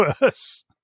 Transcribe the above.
worse